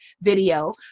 video